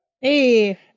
Hey